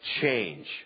change